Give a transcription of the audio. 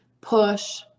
push